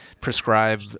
prescribe